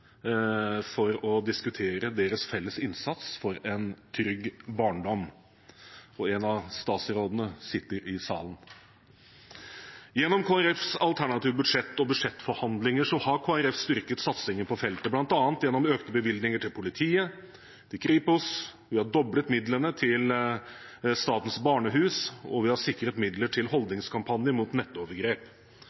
for å diskutere deres felles innsats for en trygg barndom: Én av statsrådene sitter i salen. Gjennom Kristelig Folkepartis alternative budsjett og budsjettforhandlinger har Kristelig Folkeparti styrket satsingen på feltet, bl.a. gjennom økte bevilgninger til politiet og til Kripos, vi har doblet midlene til Statens Barnehus, og vi har sikret midler til en holdningskampanje mot nettovergrep.